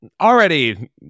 Already